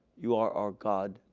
you are our god,